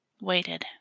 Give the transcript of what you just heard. waited